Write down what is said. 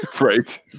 Right